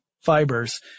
fibers